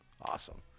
Awesome